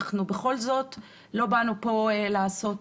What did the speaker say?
לא באנו לפה לעשות